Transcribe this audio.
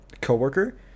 co-worker